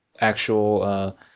actual